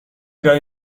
گاهی